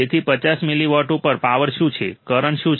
તેથી 50 મિલીવોટ ઉપર પાવર શું છે કરંટ શું છે